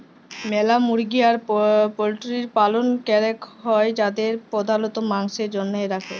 ম্যালা মুরগি আর পল্ট্রির পালল ক্যরাক হ্যয় যাদের প্রধালত মাংসের জনহে রাখে